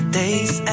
days